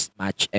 match